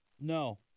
no